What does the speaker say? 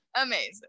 Amazing